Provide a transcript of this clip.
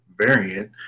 variant